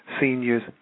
seniors